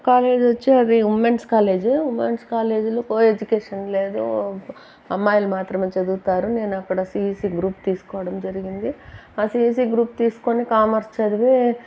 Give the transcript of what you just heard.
college వచ్చి అది women's college women's కాలేజ్లో కో ఎడ్యుకేషన్ లేదు అమ్మాయిలు మాత్రమే చదువుతారు నేనక్కడ సీఈసీ గ్రూప్ తీసుకోవడం జరిగింది ఆ సీఈసీ గ్రూప్ తీసుకొని కామర్స్ చదివి